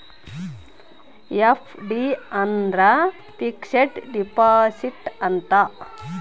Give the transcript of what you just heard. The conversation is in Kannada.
ಎಫ್.ಡಿ ಅಂದ್ರ ಫಿಕ್ಸೆಡ್ ಡಿಪಾಸಿಟ್ ಅಂತ